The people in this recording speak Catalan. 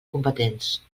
competents